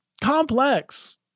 complex